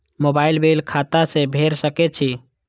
Mobile bill खाता से भेड़ सके छि?